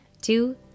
two